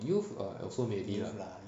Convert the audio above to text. youth err also maybe lah